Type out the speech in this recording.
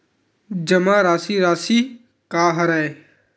जमा राशि राशि का हरय?